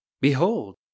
Behold